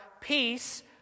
peace